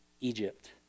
Egypt